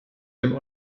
dem